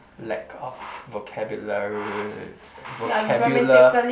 lack of vocabular vocabular